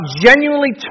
genuinely